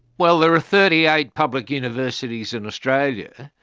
well, there are thirty eight public universities in australia,